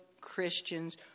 Christians